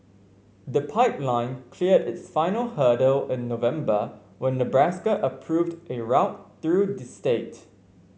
the pipeline cleared its final hurdle in November when Nebraska approved a route through the state